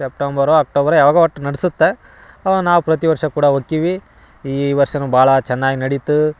ಸೆಪ್ಟೆಂಬರೊ ಅಕ್ಟೋಬರೊ ಯಾವಾಗೊ ಒಟ್ಟು ನಡ್ಸುತ್ತೆ ನಾವು ಪ್ರತಿ ವರ್ಷ ಕೂಡ ಹೋಕ್ಕಿವಿ ಈ ವರ್ಷನು ಭಾಳ ಚೆನ್ನಾಗಿ ನಡಿತು